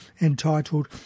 entitled